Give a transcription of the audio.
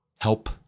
help